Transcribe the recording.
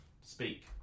speak